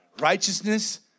righteousness